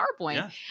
PowerPoint